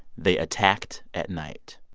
they attacked at night.